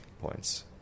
points